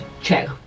check